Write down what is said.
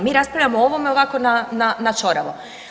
Mi raspravljamo o ovome ovako na ćoravo.